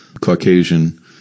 Caucasian